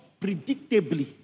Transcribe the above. predictably